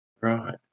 Right